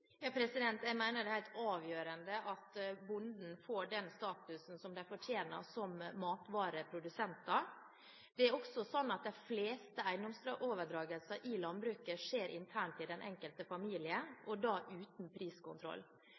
Jeg mener det er helt avgjørende at bøndene får den statusen som de fortjener som matvareprodusenter. Det er også sånn at de fleste eiendomsoverdragelser i landbruket skjer internt i den enkelte familie, og da uten priskontroll.